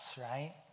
right